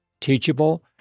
teachable